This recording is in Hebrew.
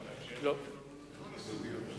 לא, אם אתה תאשר, את כל הסוגיות.